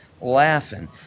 laughing